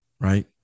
right